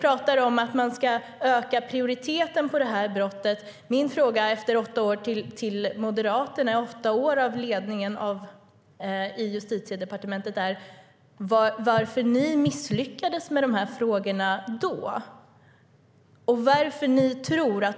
Ni talar om att öka prioriteten för dessa brott. Min fråga till Moderaterna, efter åtta år i ledningen i Justitiedepartementet, är: Varför misslyckades ni då med de här frågorna?